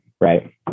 right